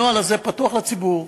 הנוהל הזה פתוח לציבור.